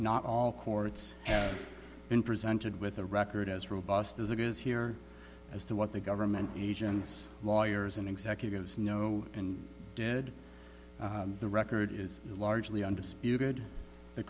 not all courts have been presented with a record as robust as it is here as to what the government agents lawyers and executives know and did the record is largely undisputed the